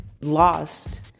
lost